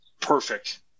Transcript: perfect